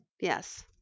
Yes